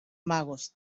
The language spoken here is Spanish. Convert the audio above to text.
magos